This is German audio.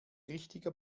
richtige